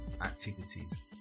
activities